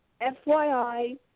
FYI